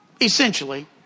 essentially